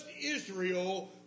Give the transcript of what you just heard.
Israel